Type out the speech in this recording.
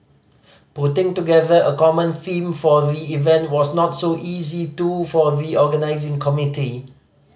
putting together a common theme for the event was not so easy too for the organising committee